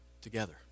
together